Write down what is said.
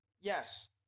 Yes